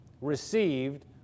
received